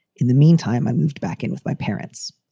in the meantime, i moved back in with my parents.